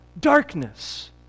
darkness